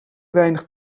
weinig